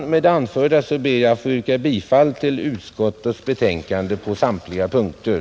Med det anförda ber jag att få yrka bifall till utskottets hemställan på samtliga punkter.